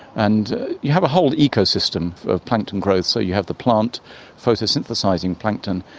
and you have a whole ecosystem of plankton growth. so you have the plant photosynthesising plankton,